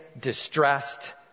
distressed